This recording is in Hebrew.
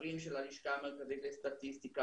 סקרים של הלשכה המרכזית לסטטיסטיקה,